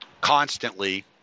constantly